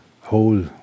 whole